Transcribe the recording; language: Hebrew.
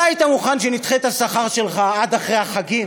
אתה היית מוכן שנדחה את השכר שלך עד אחרי החגים?